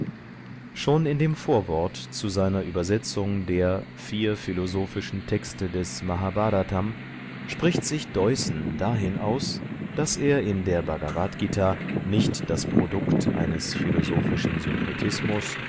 schon in dem vorwort zu seiner übersetzung der vier philosophischen texte des mahbhratam spricht sich deussen dahin aus daß er in der bhagavadgt nicht das produkt eines philosophischen